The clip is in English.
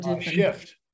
shift